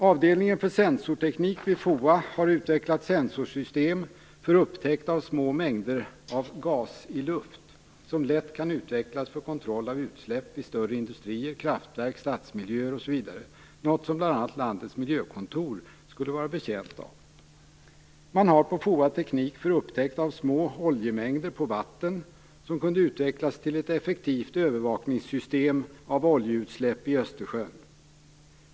Avdelningen för sensorteknik vid FOA har utvecklat sensorsystem för upptäckt av små mängder av gas i luft som lätt kan utvecklas för kontroll av utsläpp vid större industrier, kraftverk, stadsmiljöer etc., något som bl.a. landets miljökontor skulle vara betjänta av. Man har på FOA teknik för upptäckt av små oljemängder på vatten som skulle kunna utvecklas till ett effektivt övervakningssystem för oljeutsläpp i Östersjön.